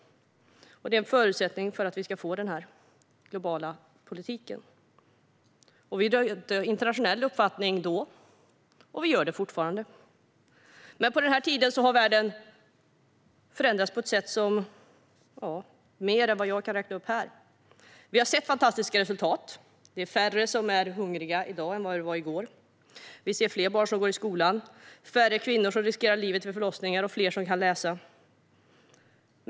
Detta är en förutsättning för att vi ska få denna globala politik. Vi rönte internationell uppskattning då, och vi gör det fortfarande. Men sedan den tiden har världen förändrats på fler sätt än jag kan räkna upp här. Vi har sett fantastiska resultat. Det är färre som är hungriga i dag än det var i går. Fler barn går i skolan. Färre kvinnor riskerar livet vid förlossningar, och fler kan läsa.